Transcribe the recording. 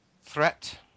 Threat